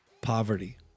poverty